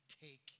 take